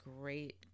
great